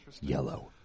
Yellow